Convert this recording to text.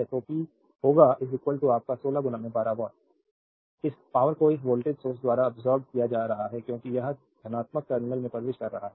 तो p होगा आपका 16 12 वाट इस पावरको इस वोल्टेज सोर्स द्वारा अब्सोर्बेद किया जा रहा है क्योंकि यह धनात्मक टर्मिनल में प्रवेश कर रहा है